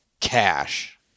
cash